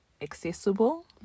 accessible